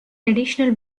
additional